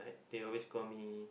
right they always call me